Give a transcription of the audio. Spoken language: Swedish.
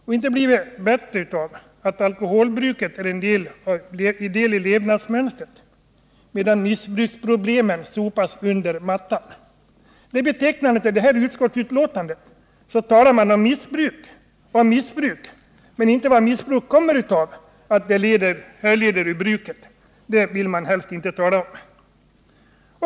Och inte blir det bättre av att alkoholbruket är en del av levnadsmönstret, medan missbruksproblemen sopas under mattan. Det är betecknande att man i detta utskottsbetänkande talar om missbruk, men inte om vad missbruk kommer av. Att det uppstår av bruket vill man helst inte tala om.